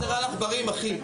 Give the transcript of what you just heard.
פלואוריד זה רעל עכברים, אחי.